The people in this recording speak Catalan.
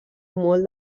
molt